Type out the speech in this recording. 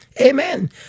amen